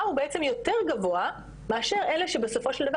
הוא בעצם יותר גבוה מאשר אלה שבסופו של דבר